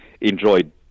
enjoyed